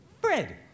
Fred